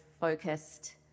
focused